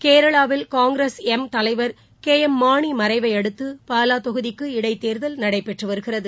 கேரளாவில் Congress M தலைவர் K M Mani மறைவையடுத்து பாலாதொகுதிக்கு இடைத்தேர்தல் நடைபெறுகிறது